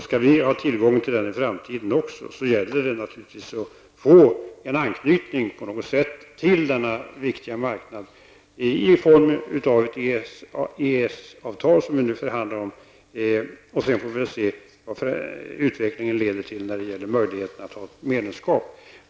Skall vi ha tillgång till den i framtiden gäller det naturligtvis att få en anknytning till denna viktiga marknad i form av ett EES-avtal som vi nu förhandlar om. Sedan får vi se vad utvecklingen leder till när det gäller möjligheterna till medlemskap.